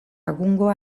egungoa